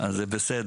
אז זה בסדר.